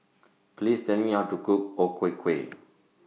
Please Tell Me How to Cook O Ku Kueh